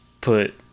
put